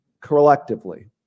collectively